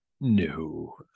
No